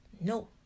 no